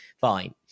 Fine